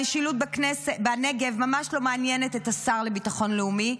המשילות בנגב ממש לא מעניינת את השר לביטחון לאומי,